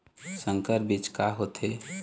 संकर बीज का होथे?